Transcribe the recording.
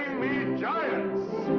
me giants!